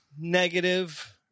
negative